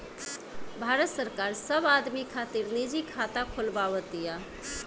भारत सरकार सब आदमी खातिर निजी खाता खोलवाव तिया